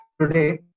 today